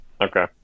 Okay